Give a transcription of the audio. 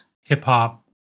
hip-hop